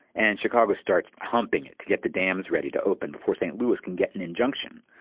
and chicago starts humping it to get the dams ready to open before st. louis can get an injunction.